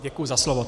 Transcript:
Děkuji za slovo.